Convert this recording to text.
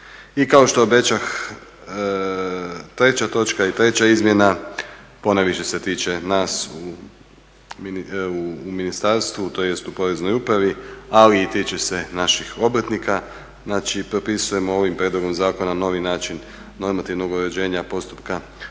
I kao što obećah, treća točka i treća izmjena ponajviše se tiče nas u ministarstvu, tj. u poreznoj upravi, ali i tiče se naših obrtnika. Znači, propisujemo ovim prijedlogom zakona novi način normativnog uređenja postupka provedbe